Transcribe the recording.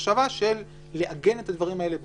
מחשבה לעגן את הדברים האלה בחוק.